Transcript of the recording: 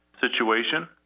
situation